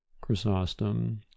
Chrysostom